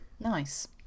Nice